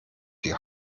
die